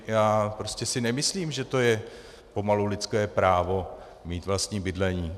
Já si prostě nemyslím, že to je pomalu lidské právo mít vlastní bydlení.